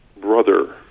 brother